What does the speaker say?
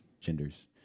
genders